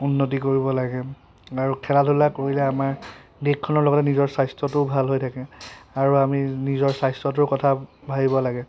উন্নতি কৰিব লাগে আৰু খেলা ধূলা কৰিলে আমাৰ দেশখনৰ লগতে নিজৰ স্বাস্থ্যটোও ভাল হৈ থাকে আৰু আমি নিজৰ স্বাস্থ্যটোৰ কথা ভাবিব লাগে